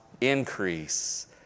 increase